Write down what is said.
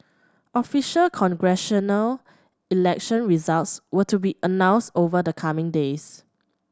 official congressional election results were to be announced over the coming days